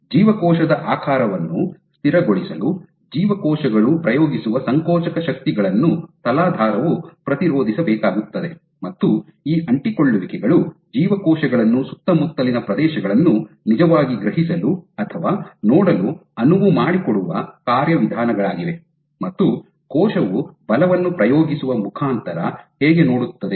ಜೀವಕೋಶದ ಆಕಾರವನ್ನು ಸ್ಥಿರಗೊಳಿಸಲು ಜೀವಕೋಶಗಳು ಪ್ರಯೋಗಿಸುವ ಸಂಕೋಚಕ ಶಕ್ತಿಗಳನ್ನು ತಲಾಧಾರವು ಪ್ರತಿರೋಧಿಸಬೇಕಾಗುತ್ತದೆ ಮತ್ತು ಈ ಅಂಟಿಕೊಳ್ಳುವಿಕೆಗಳು ಜೀವಕೋಶಗಳನ್ನು ಸುತ್ತಮುತ್ತಲಿನ ಪ್ರದೇಶಗಳನ್ನು ನಿಜವಾಗಿ ಗ್ರಹಿಸಲು ಅಥವಾ ನೋಡಲು ಅನುವು ಮಾಡಿಕೊಡುವ ಕಾರ್ಯವಿಧಾನಗಳಾಗಿವೆ ಮತ್ತು ಕೋಶವು ಬಲವನ್ನು ಪ್ರಯೋಗಿಸುವ ಮುಖಾಂತರ ಹೇಗೆ ನೋಡುತ್ತದೆ